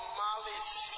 malice